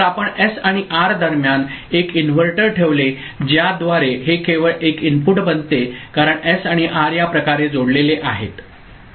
तर आपण एस आणि आर दरम्यान एक इनव्हर्टर ठेवले ज्याद्वारे हे केवळ एक इनपुट बनते कारण एस आणि आर या प्रकारे जोडलेले आहेत ठीक आहे